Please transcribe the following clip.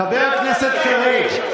חבר הכנסת קריב.